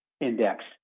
Index